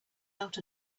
out